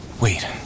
Wait